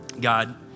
God